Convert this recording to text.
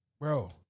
bro